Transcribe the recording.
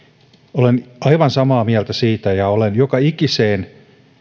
olen aivan samaa mieltä siitä ja olen joka ikisessä